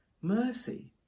mercy